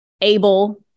able